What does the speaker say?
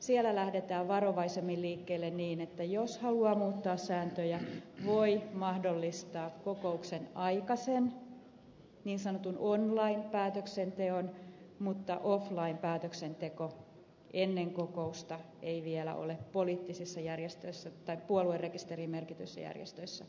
siellä lähdetään varovaisemmin liikkeelle niin että jos haluaa muuttaa sääntöjä voi mahdollistaa kokouksenaikaisen päätöksenteon niin sanotun online päätöksenteon mutta offline päätöksenteko ennen kokousta ei vielä ole puoluerekisteriin merkityissä järjestöissä mahdollista